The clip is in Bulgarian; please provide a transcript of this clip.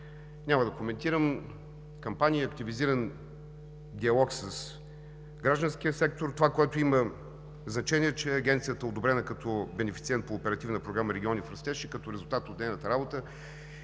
Няма да коментирам кампании за активизиран диалог с гражданския сектор. Това, което има значение, е, че Агенцията е одобрена като бенефициент по Оперативна програма „Региони в растеж“ и като резултат от нейната работа